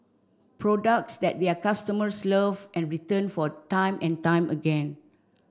products that their customers love and return for time and time again